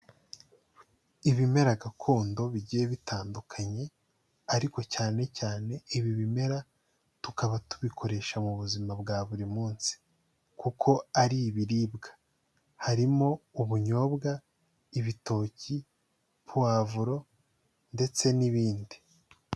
Ibimera gakondo bigiye bitandukanye ariko cyane cyane ibi bimera tukaba tubikoresha mu buzima bwa buri munsi, kuko ari ibiribwa harimo ubunyobwa, ibitoki, pavuro ndetse n'ibindi.